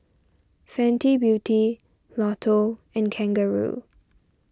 Fenty Beauty Lotto and Kangaroo